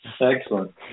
Excellent